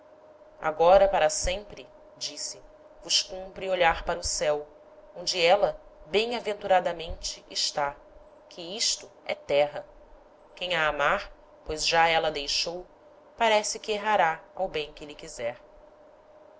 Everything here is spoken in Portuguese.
agora para sempre disse vos cumpre olhar para o ceu onde éla bem aventuradamente está que isto é terra quem a amar pois já éla a deixou parece que errará ao bem que lhe quiser